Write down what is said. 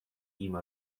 tím